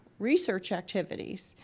research activities,